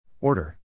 Order